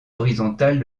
horizontales